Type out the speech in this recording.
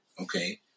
okay